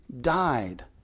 died